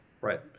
Right